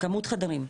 כמות חדרים,